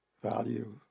value